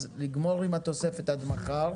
אז לגמור עם התוספת עד מחר.